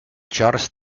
charles